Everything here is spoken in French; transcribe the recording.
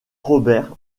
robert